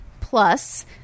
plus